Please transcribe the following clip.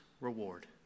reward